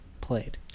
played